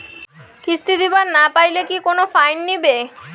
কিস্তি দিবার না পাইলে কি কোনো ফাইন নিবে?